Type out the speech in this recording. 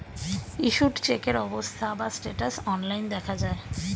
issued চেকের অবস্থা বা স্ট্যাটাস অনলাইন দেখা যায়